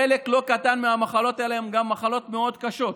חלק לא קטן מהמחלות האלה הן גם מחלות מאוד קשות.